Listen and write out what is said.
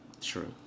True